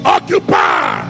Occupy